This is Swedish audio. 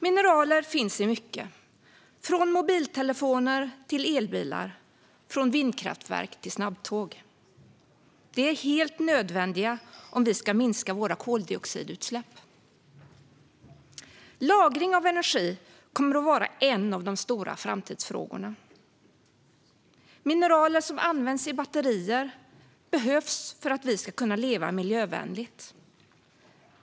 Mineraler finns i mycket, från mobiltelefoner till elbilar och från vindkraftverk till snabbtåg. De är helt nödvändiga om vi ska minska våra koldioxidutsläpp. Lagring av energi kommer att vara en av de stora framtidsfrågorna. Mineralerna som används i batterier behövs för att vi ska kunna leva miljövänligt.